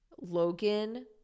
Logan